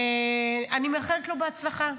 אני מאחלת לו בהצלחה.